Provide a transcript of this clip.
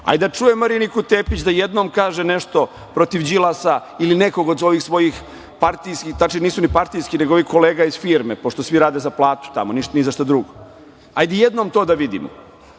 Hajde da čujem Marinku Tepić da jednom kaže nešto protiv Đilasa ili nekog od ovih svojih partijskih, tačnije nisu ni partijski, nego ovih kolega iz firme pošto svi rade za platu tamo, ni za šta drugo. Hajde jednom to da vidimo. Dakle,